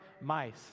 mice